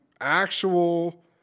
actual